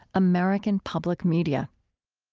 american public media